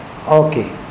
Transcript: Okay